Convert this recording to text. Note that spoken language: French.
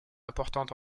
importante